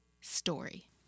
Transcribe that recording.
story